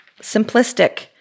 simplistic